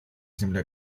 земля